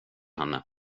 henne